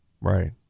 Right